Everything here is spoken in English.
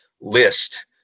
list